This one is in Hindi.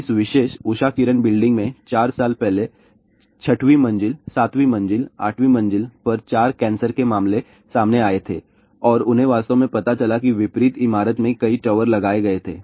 इस विशेष उषा किरण बिल्डिंग में 4 साल पहले 6 वीं मंजिल 7 वीं मंजिल 8 वीं मंजिल पर चार कैंसर के मामले सामने आए थे और उन्हें वास्तव में पता चला कि विपरीत इमारत में कई टावर लगाए गए थे